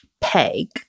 peg